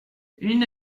une